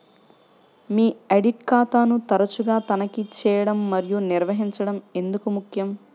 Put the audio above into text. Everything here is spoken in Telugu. మీ ఆడిట్ ఖాతాను తరచుగా తనిఖీ చేయడం మరియు నిర్వహించడం ఎందుకు ముఖ్యం?